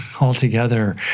altogether